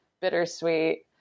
bittersweet